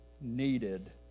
needed